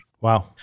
Wow